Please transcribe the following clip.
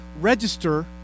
register